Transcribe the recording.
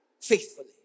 faithfully